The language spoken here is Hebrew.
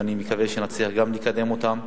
ואני מקווה שנצליח גם לקדם אותן.